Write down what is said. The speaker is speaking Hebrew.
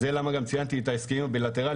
בגלל זה גם ציינתי את ההסכמים הבילטרליים,